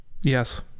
Yes